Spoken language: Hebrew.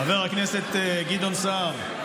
חבר הכנסת גדעון סער,